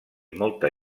molta